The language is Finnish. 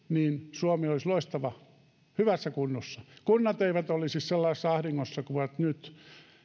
suomi olisi loistava hyvässä kunnossa kunnat eivät olisi sellaisessa ahdingossa kuin ovat nyt